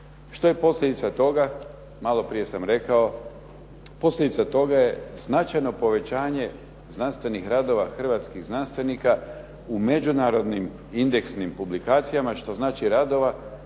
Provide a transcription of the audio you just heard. Što je posljedica toga, malo prije sam rekao. Posljedica toga je značajno povećanje znanstvenih radova hrvatskih znanstvenika u međunarodnim indeksnim publikacijama, što znači radova